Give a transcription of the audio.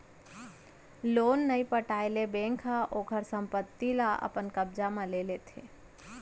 loan नइ पटाए ले बेंक ह ओखर संपत्ति ल अपन कब्जा म ले लेथे